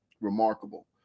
remarkable